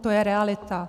To je realita.